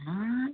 मा